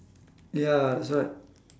ya that's why